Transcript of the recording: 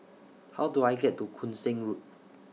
How Do I get to Koon Seng Road